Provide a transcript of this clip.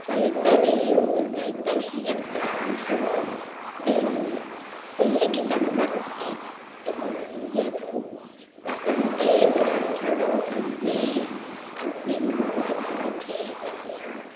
तैत्तरीयं तैत्तरीयब्राह्मणे विल् उल्लिखितं वर्तते यद् वसन्ते ब्राह्मणो अग्निम् अग्निम् आदधीत या